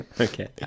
Okay